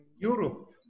Europe